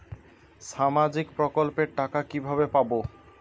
সামাজিক প্রকল্পের টাকা কিভাবে পাব?